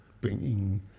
bringing